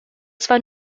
zwar